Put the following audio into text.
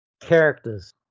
characters